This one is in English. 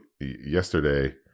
yesterday